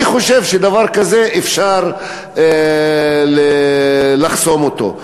אני חושב שדבר כזה, אפשר לחסום אותו.